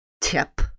tip